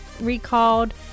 recalled